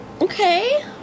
Okay